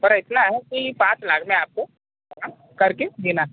पर इतना है कि पाँच लाख में आपको काम करके देना है